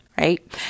Right